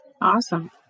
Awesome